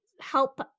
help